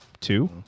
two